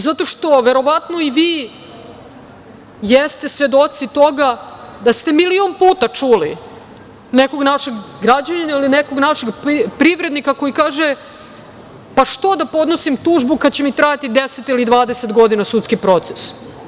Zato što, verovatno i vi ste svedoci toga da ste milion puta čuli nekog našeg građanina ili nekog našeg privrednika koji kaže – pa što da podnosim tužbu kada će mi trajati 10 ili 20 godina sudski proces.